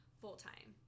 full-time